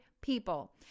people